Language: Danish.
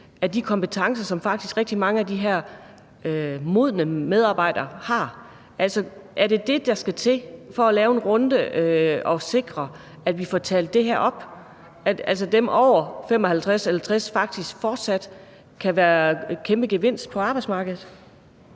til de kompetencer, som rigtig mange af de her modne medarbejdere har. Altså, er det, der skal til, at lave en runde for at sikre, at vi får talt det her op, nemlig at dem, der er over 55 eller 60 år, faktisk fortsat kan være en kæmpe gevinst på arbejdsmarkedet?